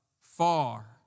far